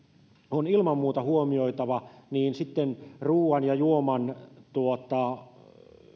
on ilman muuta huomioitava sitten ruoan ja juoman